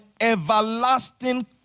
everlasting